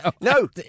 No